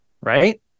Right